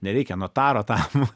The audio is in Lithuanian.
nereikia notaro tam